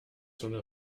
zone